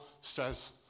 says